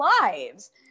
lives